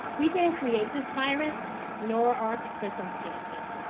we didn't create this virus nor our circumstances,